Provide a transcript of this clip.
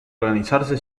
organizarse